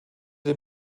dem